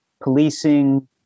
policing